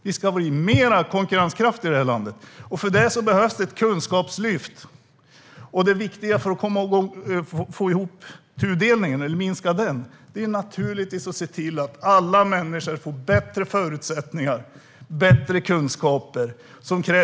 Vi ska bli konkurrenskraftiga i det här landet, och för det behövs det ett kunskapslyft. Det viktiga för att minska tudelningen är naturligtvis att se till att alla människor får bättre förutsättningar och bättre kunskaper.